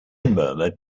murmured